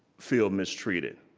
feel mistreated,